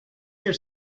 hear